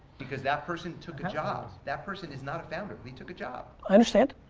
because that person took a job, that person is not a founder, he took a job. i understand,